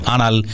Anal